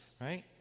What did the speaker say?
right